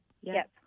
Yes